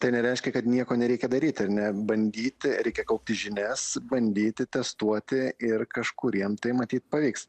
tai nereiškia kad nieko nereikia daryt ar ne bandyti reikia kaupti žinias bandyti testuoti ir kažkuriem tai matyt pavyks